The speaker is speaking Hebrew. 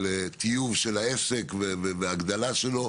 לטיוב של העסק ולהגדלה שלו,